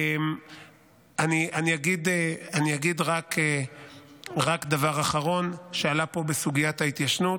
אני אגיד רק דבר אחרון שעלה פה בסוגיית ההתיישנות,